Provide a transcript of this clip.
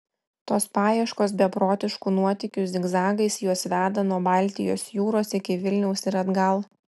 tos paieškos beprotiškų nuotykių zigzagais juos veda nuo baltijos jūros iki vilniaus ir atgal